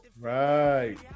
Right